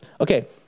Okay